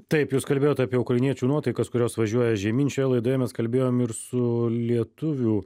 taip jūs kalbėjot apie ukrainiečių nuotaikas kurios važiuoja žemyn šioje laidoje mes kalbėjom ir su lietuvių